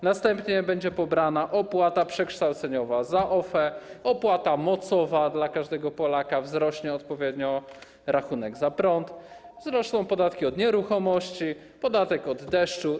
Następnie pobrana będzie opłata przekształceniowa za OFE, opłata mocowa - dla każdego Polaka wzrośnie odpowiednio rachunek za prąd - wzrosną podatki od nieruchomości, podatek od deszczu.